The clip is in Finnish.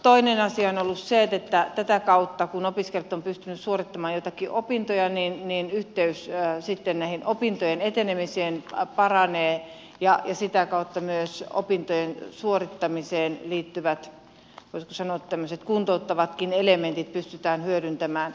toinen asia on ollut se että tätä kautta kun opiskelijat ovat pystyneet suorittamaan joitakin opintoja yhteys sitten näitten opintojen etenemiseen paranee ja sitä kautta myös opintojen suorittamiseen liittyvät voisiko sanoa tämmöiset kuntouttavatkin elementit pystytään hyödyntämään